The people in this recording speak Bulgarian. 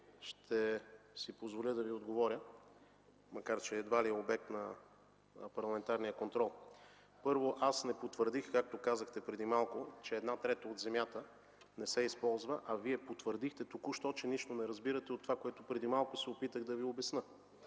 ще си позволя да Ви отговоря, макар че това едва ли е обект на парламентарния контрол. Първо, аз не потвърдих, както казахте преди малко, че една трета от земята не се използва, а Вие потвърдихте току-що, че нищо не разбирате от това, което преди малко се опитах да Ви обясня.